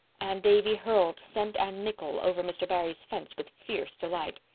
and davy hurled cent and nickel over mr. barry's fence with fierce delight.